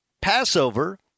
Passover